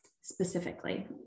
specifically